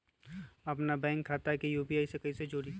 अपना बैंक खाता के यू.पी.आई से कईसे जोड़ी?